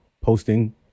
posting